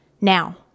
now